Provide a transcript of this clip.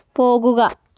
പോകുക